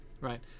right